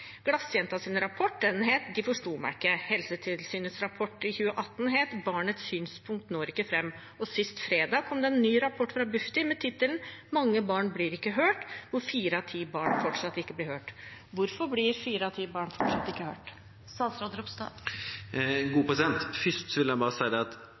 rapport het «Dei forsto meg ikkje», Helsetilsynets rapport i 2018 het «Barnets synspunkt når ikke frem», og sist fredag kom det en ny rapport fra Bufdir som viser at fire av ti barn fortsatt ikke blir hørt. Hvorfor blir fire av ti barn fortsatt ikke hørt? Først vil jeg bare si at